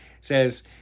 says